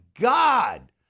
God